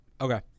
okay